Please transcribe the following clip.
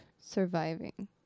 surviving